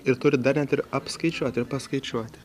ir turi dar net ir apskaičiuot ir paskaičiuoti